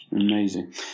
amazing